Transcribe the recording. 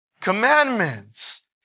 commandments